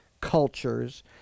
cultures